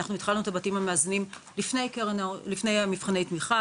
אנחנו התחלנו את הבתים המאזנים לפני מבחני התמיכה,